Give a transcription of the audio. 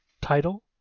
title